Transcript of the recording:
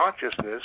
consciousness